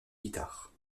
guitare